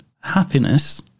happiness